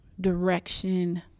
direction